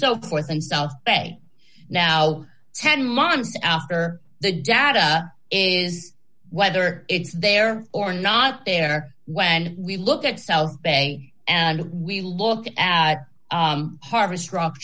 so forth and south bay now ten months after the data is whether it's there or not there when we look at cell bay and we look at harvest rock